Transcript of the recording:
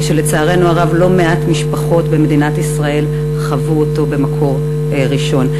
ושלצערנו הרב לא מעט משפחות במדינת ישראל חוו אותו במקור ראשון.